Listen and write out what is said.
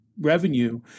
revenue